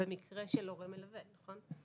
במקרה של הורה מלווה, נכון?